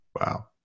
Wow